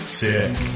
sick